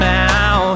now